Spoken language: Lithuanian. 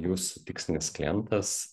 jūsų tikslinis klientas